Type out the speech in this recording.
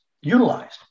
utilized